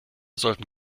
sollten